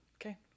Okay